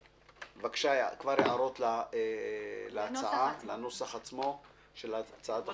בבקשה, כבר הערות כלליות לנוסח עצמו של הצעת החוק.